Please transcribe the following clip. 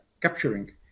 capturing